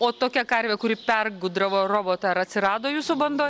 o tokia karvė kuri pergudravo robotą ar atsirado jūsų bandoj